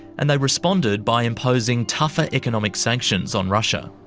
and they responded by imposing tougher economic sanctions on russia.